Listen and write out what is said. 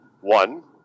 one